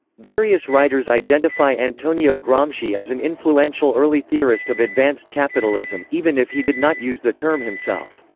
various writers identify antonio gramsci as an influential early theorist of advanced capitalism, even if he did not use the term himself.